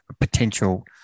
potential